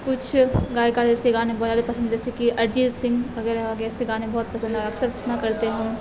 کچھ گاٮٔکار ہے اس کے گانے بہت زیادہ پسند جیسے کہ ارجیت سنگ وغیرہ ہو گیا اس کے گانے بہت پسند آ اکثر سنا کرتے ہیں